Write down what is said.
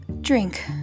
Drink